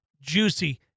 juicy